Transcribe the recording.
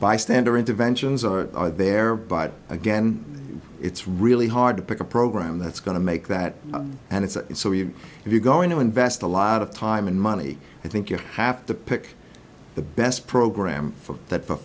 bystander interventions are there but again it's really hard to pick a program that's going to make that and it's so you if you're going to invest a lot of time and money i think you have to pick the best program for that